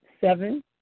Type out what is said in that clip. Seven